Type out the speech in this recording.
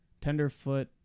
tenderfoot